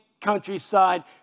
countryside